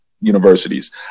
universities